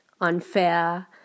unfair